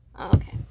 Okay